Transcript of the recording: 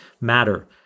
matter